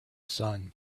sun